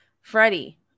Freddie